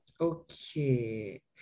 okay